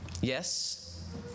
Yes